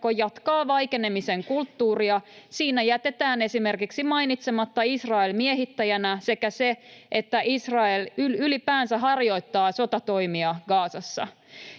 jatkaa vaikenemisen kulttuuria. Siinä jätetään esimerkiksi mainitsematta Israel miehittäjänä sekä se, että Israel ylipäänsä harjoittaa sotatoimia Gazassa.